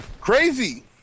Crazy